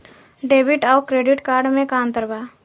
Debit आउर credit card मे का अंतर बा?